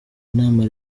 inama